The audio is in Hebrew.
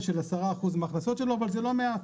של 10% מההכנסות שלו אבל זה לא מעט.